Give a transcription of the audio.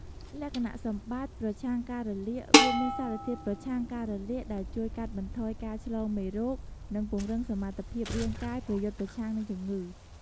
លក្ខណៈសម្បត្តិប្រឆាំងការរលាក វាមានសារធាតុប្រឆាំងការរលាកដែលជួយកាត់បន្ថយការឆ្លងមេរោគ និងពង្រឹងសមត្ថភាពរាងកាយប្រយុទ្ធប្រឆាំងនឹងជំងឺ។